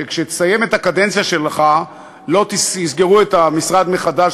שכשתסיים את הקדנציה שלך לא יסגרו את המשרד מחדש,